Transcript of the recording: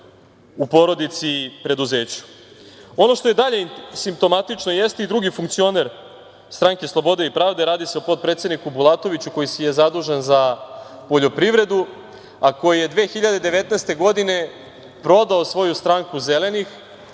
u porodici i preduzeću. Ono što je dalje simptomatično jeste i drugi funkcioner stranke Slobode i pravde, radi se o potpredsedniku Bulatoviću koji je zadužen za poljoprivredu, a koji je 2019. godine prodao svoju stranku Zelenih,